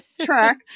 track